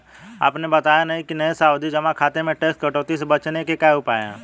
आपने बताया नहीं कि नये सावधि जमा खाते में टैक्स कटौती से बचने के क्या उपाय है?